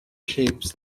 shapes